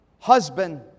husband